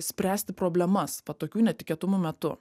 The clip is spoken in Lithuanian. spręsti problemas po tokių netikėtumų metu